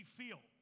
feel